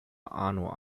arno